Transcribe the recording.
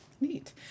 neat